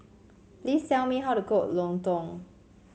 please tell me how to cook lontong